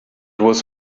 was